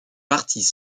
parties